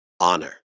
honor